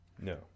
No